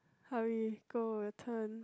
hurry go your turn